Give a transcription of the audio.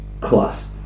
class